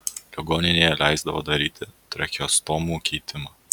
ligoninėje leisdavo daryti tracheostomų keitimą